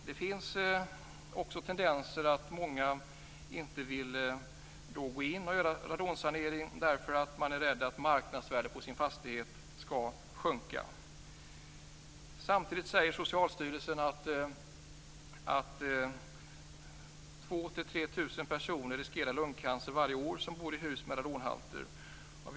Det finns också tendenser hos många att inte vilja gå in och göra en radonsanering, därför att man är rädd att marknadsvärdet på ens fastighet skall sjunka. Samtidigt säger Socialstyrelsen att det varje år är 2 000-3 000 personer av dem som bor i hus med radonhalter som riskerar lungcancer.